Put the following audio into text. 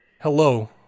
Hello